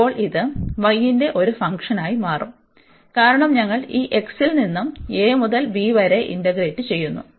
ഇപ്പോൾ ഇത് y ന്റെ ഒരു ഫംഗ്ഷനായി മാറും കാരണം നമ്മൾ ഈ x ൽ നിന്ന് a മുതൽ b വരെ ഇന്റഗ്രേറ്റ് ചെയ്യുന്നു